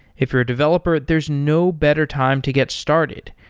if you're a developer, there's no better time to get started.